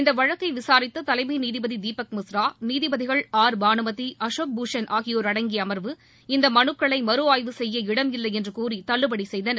இந்த வழக்கை விசாரித்த தலைமை நீதிபதி தீபக் மிஸ்ரா நீதிபதிகள் ஆர் பானுமதி அசோக் பூஷன் ஆகியோர் அடங்கிய அர்வு இந்த மலுக்களை மறுஆய்வு செய்ய இடமில்லை என்று கூறி தள்ளுபடி செய்தனர்